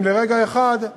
גם אם לרגע אחד,